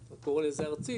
אתה קורה לזה ארצי,